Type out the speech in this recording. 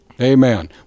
amen